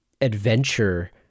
adventure